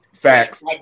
Facts